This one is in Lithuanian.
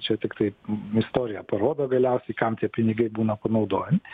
čia tiktai istorija parodo galiausiai kam tie pinigai būna panaudojami